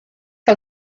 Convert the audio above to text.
que